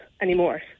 anymore